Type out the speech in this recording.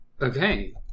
Okay